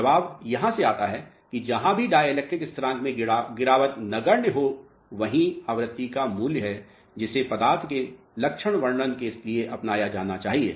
तो जवाब यहाँ से आता है कि जहाँ भी डाई इलेक्ट्रिक स्थरांक में गिरावट नगण्य हो वही आवृत्ति का मूल्य है जिसे पदार्थ के लक्षण वर्णन के लिए अपनाया जाना चाहिए